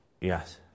Yes